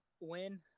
win